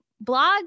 blog